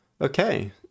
Okay